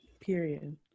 Period